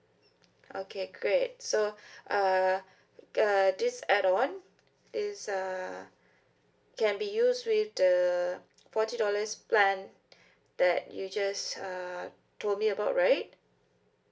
okay great so uh uh this add on is uh can be used with the forty dollars plan that you just uh told me about right